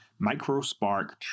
MicroSpark